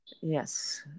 Yes